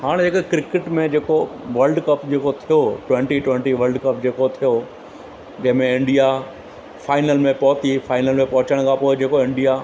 हाणे हिकु क्रिकेट में जेको वल्ड कप जेको थियो ट्वेंटी ट्वेंटी वल्ड कप जेको थियो जंहिंमें इंडिया फाइनल में पहुती फाइनल पहुचण खां पोइ जेको इंडिया